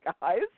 guys